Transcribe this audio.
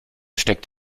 steckt